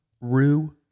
Rue